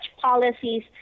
policies